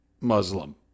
Muslim